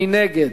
מי נגד?